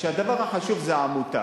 שהדבר החשוב זה העמותה,